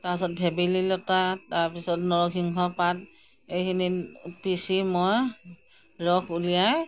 তাৰপিছত ভেবেলিলতা তাৰপিছত নৰসিংহ পাত এইখিনি পিছি মই ৰস উলিয়াই